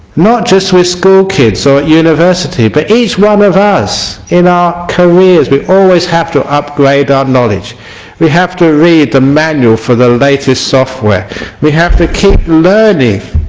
not just with school kids or so university but each one of us in our careers we always have to upgrade our knowledge we have to read the manual for the latest software we have to keep learning